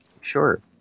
Sure